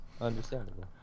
Understandable